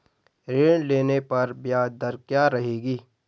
ऋण लेने पर ब्याज दर क्या रहेगी?